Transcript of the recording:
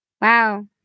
Wow